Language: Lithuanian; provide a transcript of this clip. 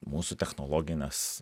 mūsų technologinės